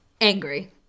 angry